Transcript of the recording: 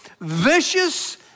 vicious